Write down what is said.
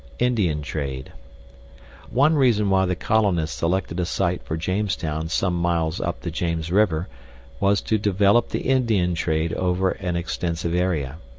indian trade one reason why the colonists selected a site for jamestown some miles up the james river was to develop the indian trade over an extensive area.